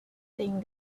think